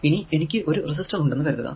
ഇനി എനിക്കു ഒരു റെസിസ്റ്റർ ഉണ്ടെന്നു കരുതുക